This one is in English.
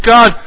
God